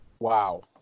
Wow